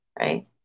right